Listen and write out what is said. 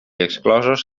exclosos